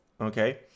Okay